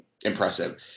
impressive